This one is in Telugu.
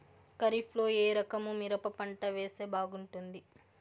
ఖరీఫ్ లో ఏ రకము మిరప పంట వేస్తే బాగుంటుంది